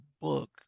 book